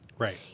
Right